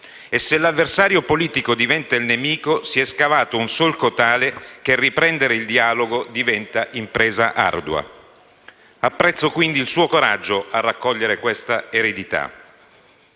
E se l'avversario politico diventa il nemico, si è scavato un solco tale che riprendere il dialogo diventa impresa ardua. Apprezzo, quindi, il suo coraggio a raccogliere questa eredità.